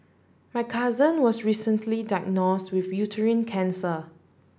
my cousin was recently diagnose with uterine cancer